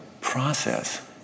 process